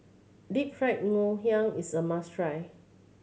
Deep Fried Ngoh Hiang is a must try